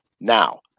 Now